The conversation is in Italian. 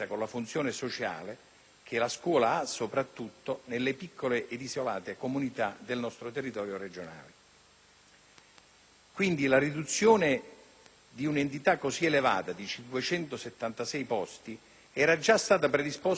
che la scuola ha soprattutto nelle piccole ed isolate comunità del nostro territorio regionale. Quindi, la riduzione di un numero così elevato di posti (578) era stata già predisposta dal precedente Governo.